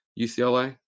UCLA